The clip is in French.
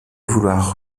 vouloir